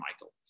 Michael